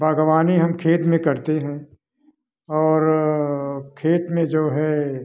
बागवानी हम खेत में करते हैं और खेत में जो है